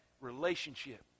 relationship